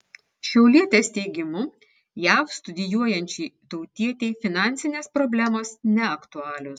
šiaulietės teigimu jav studijuojančiai tautietei finansinės problemos neaktualios